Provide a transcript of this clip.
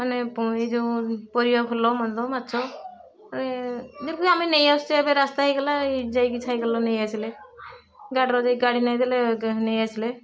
ମାନେ ଏଇଯୋଉ ପରିବା ଭଲମନ୍ଦ ମାଛ ଏ ଯେମିତି ଆମେ ନେଇ ଆସୁଛେ ଏବେ ରାସ୍ତା ହେଇଗଲା ଯାଇକି ସାଇକେଲ୍ରେ ନେଇଆସିଲେ ଗାଡ଼ିର ଯାଇକି ଗାଡ଼ି ନେଇଦେଲେ ନେଇଆସିଲେ